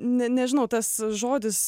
ne nežinau tas žodis